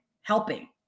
helping